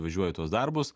važiuoju tuos darbus